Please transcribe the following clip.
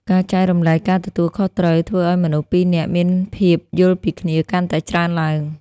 ការចែករំលែកការទទួលខុសត្រូវធ្វើឱ្យមនុស្សពីរនាក់មានភាពយល់ពីគ្នាកាន់តែច្រើនឡើង។